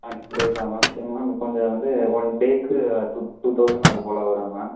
ஆ two டேஸ்ஸா ma'am சரி ma'am கொஞ்சம் வந்து ஒன் டேக்கு டூ டூ தௌசண்ட் அதுபோல வரும் மேம்